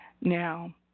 Now